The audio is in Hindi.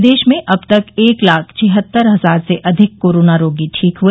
प्रदेश में अब तक एक लाख छिहत्तर हजार से अधिक कोरोना रोगी ठीक हुए